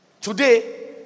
Today